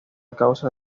causa